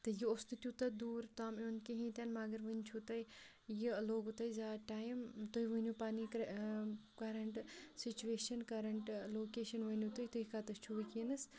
تہٕ یہِ اوس نہٕ تیوٗتاہ دوٗر تام یُن کِہیٖنۍ مگر ؤنۍ چھُو تۄہہِ یہِ لوٚگوُ تۄہہِ زیادٕ ٹایم تُہۍ ؤنِو پَنٕنۍ کرٛےٚ کَرَنٹ سُچویشَن کَرَنٹ لوکیشَن ؤنِو تُہۍ تُہۍ کَتَتھ چھُو وٕکیٚنَس